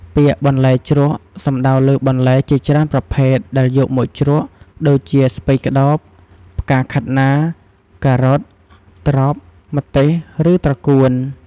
ពាក្យ "បន្លែជ្រក់" សំដៅលើបន្លែជាច្រើនប្រភេទដែលយកមកជ្រក់ ដូចជា ស្ពៃក្ដោប ផ្កាខាត់ណា ការ៉ុត ត្រប់ ម្ទេស ឬត្រកួន។